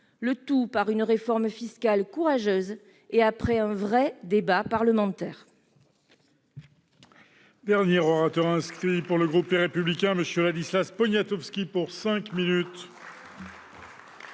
Le tout par une réforme fiscale courageuse et après un vrai débat parlementaire.